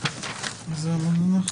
ברור.